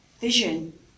vision